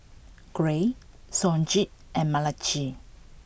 Gray Sonji and Malachi